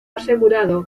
asegurado